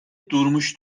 durmuş